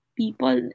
people